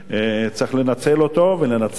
צריך לנצל אותה, ולנצל,